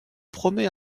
promet